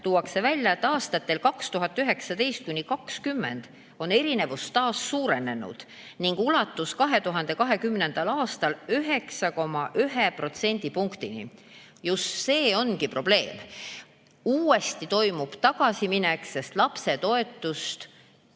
Tuuakse välja, et aastatel 2019–2020 erinevus taas suurenes ning ulatus 2020. aastal 9,1%-ni. Just see ongi probleem. Uuesti toimub tagasiminek, sest esimese-teise